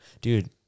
Dude